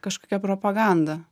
kažkokia propaganda